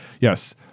yes